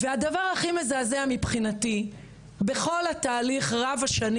והדבר הכי מזעזע מבחינתי בכל התהליך רב השנים